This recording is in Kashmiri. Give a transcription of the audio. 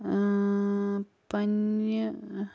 اۭں پَننہِ